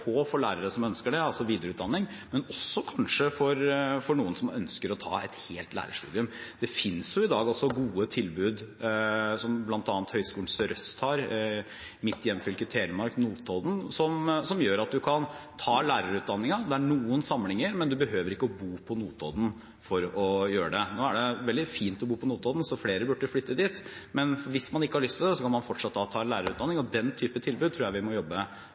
for å fylle på for lærere som ønsker det, altså videreutdanning, og kanskje også for dem som ønsker å ta et helt lærerstudium. Det finnes også i dag gode tilbud, bl.a. ved Høgskolen i Sørøst-Norge i mitt hjemfylke Telemark, i Notodden, der man kan ta lærerutdanning – det er noen samlinger, men man behøver ikke bo på Notodden for å gjennomføre det. Nå er det fint å bo på Notodden, så flere burde flytte dit, men hvis man ikke har lyst til det, kan man fortsatt ta lærerutdanning der. Den type tilbud tror jeg vi må jobbe